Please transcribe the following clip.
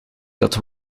dat